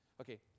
Okay